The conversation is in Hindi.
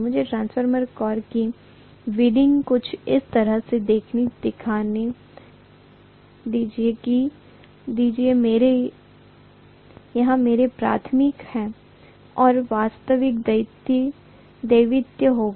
मुझे ट्रांसफार्मर की विंडिंग कुछ इस तरह से दिखाने दीजिए यह मेरा प्राथमिक है और यह द्वितीयक होगा